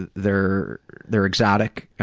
ah they're they're exotic,